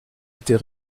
était